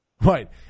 Right